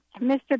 Mr